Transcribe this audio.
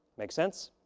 makes sense?